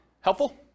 Helpful